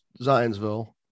Zionsville